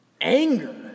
anger